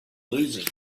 losing